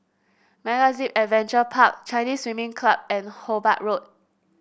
MegaZip Adventure Park Chinese Swimming Club and Hobart Road